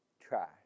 trash